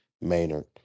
Maynard